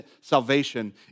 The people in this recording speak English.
Salvation